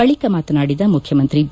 ಬಳಿಕ ಮಾತನಾಡಿದ ಮುಖ್ಯಮಂತ್ರಿ ಬಿ